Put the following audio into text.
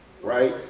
right?